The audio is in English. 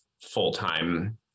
full-time